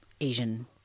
Asian